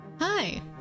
Hi